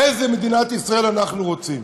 איזו מדינת ישראל אנחנו רוצים,